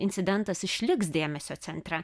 incidentas išliks dėmesio centre